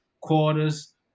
quarters